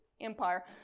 empire